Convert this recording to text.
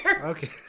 Okay